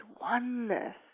oneness